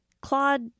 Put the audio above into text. Claude